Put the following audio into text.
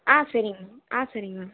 ஆ சரிங்க மேம் ஆ சரிங்க மேம்